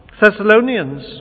Thessalonians